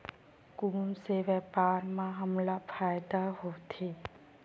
कोन से व्यापार म हमला फ़ायदा होथे?